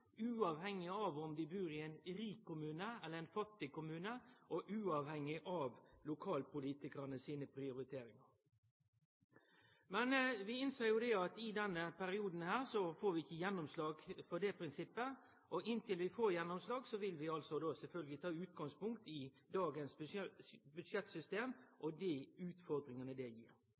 uavhengig av om dei bur i ein rik kommune eller ein fattig kommune, og uavhengig av lokalpolitikarane sine prioriteringar. Men vi innser jo det at i denne perioden får vi ikkje gjennomslag for det prinsippet, og inntil vi får gjennomslag, vil vi sjølvsagt ta utgangspunkt i dagens budsjettsystem og dei utfordringane det gir.